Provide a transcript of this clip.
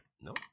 No